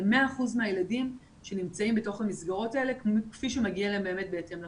100% מהילדים שנמצאים בתוך המסגרות האלה כפי שמגיע להם באמת בהתאם לחוק.